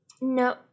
No